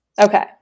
Okay